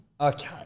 Okay